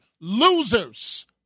losers